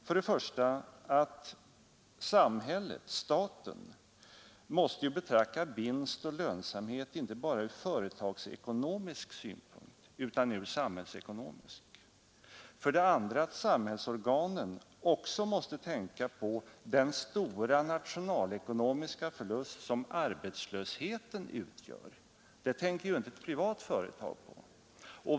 För det första måste samhället, staten, betrakta vinst och lönsamhet inte bara från företagsekonomisk synpunkt utan även från samhällsekonomisk synpunkt. För det andra måste samhällsorganen också tänka på den stora nationalekonomiska förlust som arbetslöheten utgör — det tänker ju inte ett privat företag på.